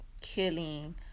killing